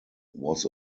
was